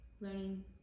learning